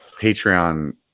Patreon